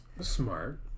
Smart